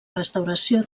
restauració